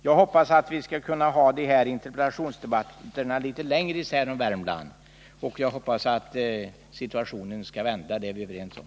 Jag hoppas att vi skall kunna ha de här interpellationsdebatterna om Värmland litet mera sällan och att utvecklingen skall vända — det är vi överens om.